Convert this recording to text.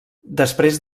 després